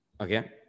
Okay